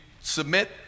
submit